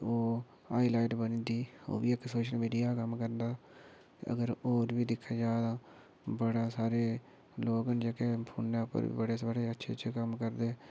ओह् हाइलाइट बनी दी ओह् बी इक सोशल मीडिया दा कम्म करदा अगर होर बी दिक्खेआ जा तां बड़ा सारे लोक न जेह्के फोने उप्पर बड़े बड़े अच्छे अच्छे कम्म करदे